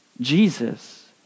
Jesus